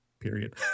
period